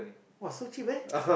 !wah! so cheap eh